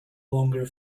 longer